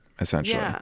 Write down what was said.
essentially